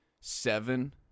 seven